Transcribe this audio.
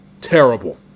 Terrible